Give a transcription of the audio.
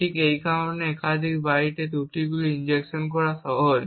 এটি এই কারণে যে একাধিক বাইটে ত্রুটিগুলি ইনজেকশন করা সহজ